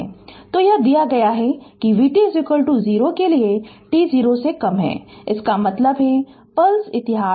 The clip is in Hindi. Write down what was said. तो यह दिया गया है कि vt 0 के लिए t 0 से कम है इसका मतलब है पल्स इतिहास